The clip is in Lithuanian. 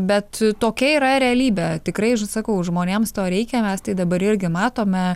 bet tokia yra realybė tikrai sakau žmonėms to reikia mes tai dabar irgi matome